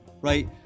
right